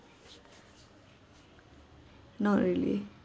not really